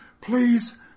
please